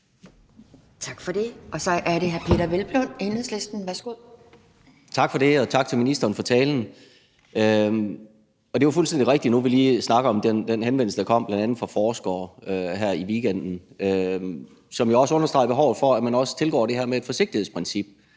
Tak for det. Så er det hr. Peder Hvelplund, Enhedslisten. Værsgo. Kl. 11:52 Peder Hvelplund (EL): Tak for det, og tak til ministeren for talen. Det er jo fuldstændig rigtigt – nu hvor vi lige snakker om den henvendelse, der kom fra bl.a. forskere her i weekenden, som jo også har understreget behovet for, at man også tilgår det her med et forsigtighedsprincip